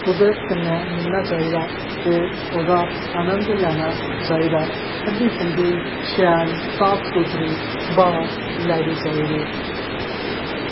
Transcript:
कुदरत कन्नै मिलना चाहिदा ते ओह्दा आनंद लैना चाहिदा ठंडी ठंडी शैल साफ सुथरी ब्हा लैनी चाहिदी